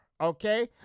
okay